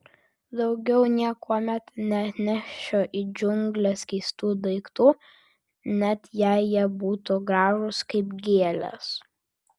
daugiau niekuomet neatnešiu į džiungles keistų daiktų net jei jie būtų gražūs kaip gėlės